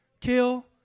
kill